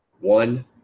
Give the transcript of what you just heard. One